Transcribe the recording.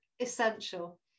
essential